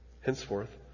Henceforth